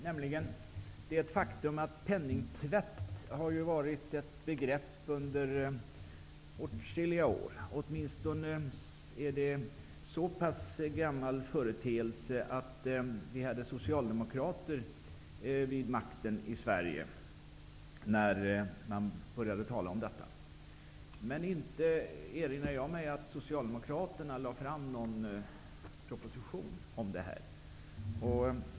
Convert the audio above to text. Det är ett faktum att penningtvätt varit ett begrepp under åtskilliga år. Det är åtminstone en så pass gammal företeelse att socialdemokrater satt vid makten i Sverige när man började tala om penningtvätt. Jag kan dock inte erinra mig att Socialdemokraterna lade fram någon proposition om ptgärder mot penningtvätt.